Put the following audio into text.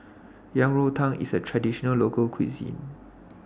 Yang Rou Tang IS A Traditional Local Cuisine